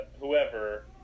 whoever